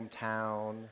hometown